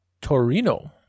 Torino